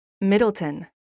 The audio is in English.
Middleton